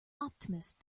optimist